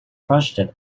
crushed